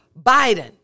Biden